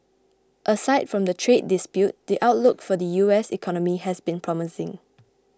aside from the trade dispute the outlook for the U S economy has been promising